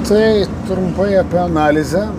tai trumpai apie analizę